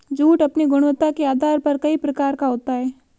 jute अपनी गुणवत्ता के आधार पर कई प्रकार का होता है